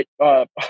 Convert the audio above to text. Right